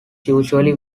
usually